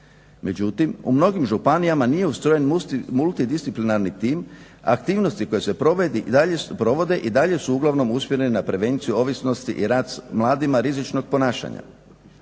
Međutim, u mnogim županijama nije ustrojen multidisciplinarni tim, aktivnosti koje se provode i dalje su uglavnom usmjerene na prevenciju ovisnosti i rad s mladima rizičnog ponašanja.